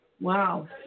Wow